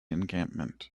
encampment